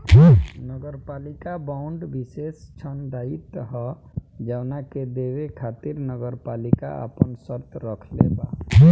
नगरपालिका बांड विशेष ऋण दायित्व ह जवना के देवे खातिर नगरपालिका आपन शर्त राखले बा